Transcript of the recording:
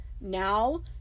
Now